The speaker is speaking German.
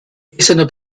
essener